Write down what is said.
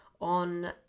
on